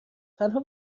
تنها